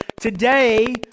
today